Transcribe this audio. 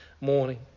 morning